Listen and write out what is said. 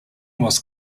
was